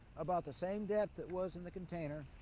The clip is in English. about the same depth it was in the container